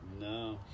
No